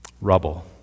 rubble